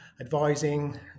advising